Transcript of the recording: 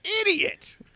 Idiot